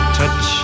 touch